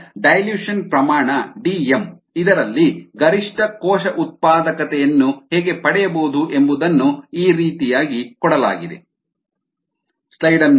5 ಆದ್ದರಿಂದ ಡೈಲ್ಯೂಷನ್ ಸಾರಗುಂದಿಸುವಿಕೆ ಪ್ರಮಾಣ Dm ಇದರಲ್ಲಿ ಗರಿಷ್ಠ ಕೋಶ ಉತ್ಪಾದಕತೆಯನ್ನು ಹೇಗೆ ಪಡಿಯಬಹುದು ಎಂಬುದನ್ನ ಈ ರೀತಿಯಾಗಿ ಕೊಡಲಾಗಿದೆ Dm m 1 KsKsSi0